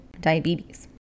diabetes